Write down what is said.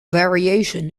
variation